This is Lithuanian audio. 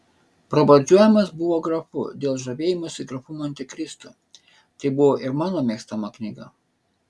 pravardžiuojamas buvo grafu dėl žavėjimosi grafu montekristu tai buvo ir mano mėgstama knyga